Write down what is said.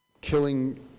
killing